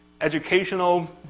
educational